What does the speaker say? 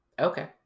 Okay